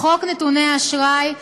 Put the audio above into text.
חוק נתוני אשראי,